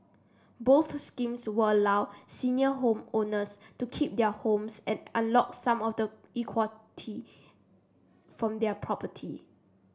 both schemes would allow senior homeowners to keep their homes and unlock some of the equity from their property